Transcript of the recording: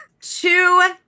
two